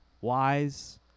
wise